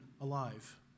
alive